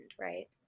right